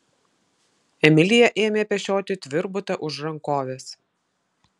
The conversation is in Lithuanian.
emilija ėmė pešioti tvirbutą už rankovės